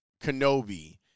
Kenobi